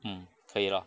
mm 可以 lor